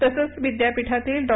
तसंच विद्यापीठातील डॉ